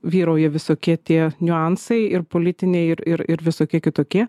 vyrauja visokie tie niuansai ir politiniai ir ir ir visokie kitokie